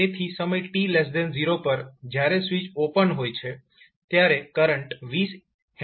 તેથી સમય t0 પર જ્યારે સ્વીચ ઓપન હોય છે ત્યારે કરંટ 20 H ના ઇન્ડક્ટર માંથી પસાર થાય છે